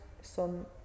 son